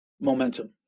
momentum